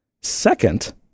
Second